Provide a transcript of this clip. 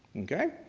okay?